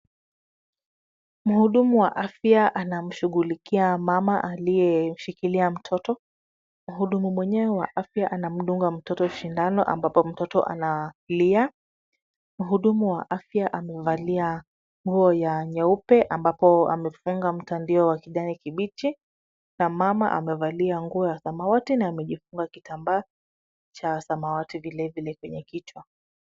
Mhudumu wa afya anamshughulikia mama aliyeshikilia mtoto. Mhudumu mwenyewe wa afya anamdunga mtoto shindano ambapo mtoto analia. Mhudumu wa afya amevalia nguo ya nyeupe ambapo amefunga mtandio wa kijani kibichi na mama amevalia nguo ya samawati na amejifunga kitambaa cha samawati vilevile kwenye kichwa.